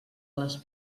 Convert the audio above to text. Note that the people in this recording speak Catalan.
les